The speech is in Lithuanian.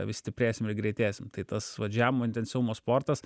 vis stiprėsim ir greitėsim tai tas vat žemo intensyvumo sportas